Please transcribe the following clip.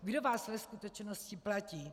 Kdo vás ve skutečnosti platí?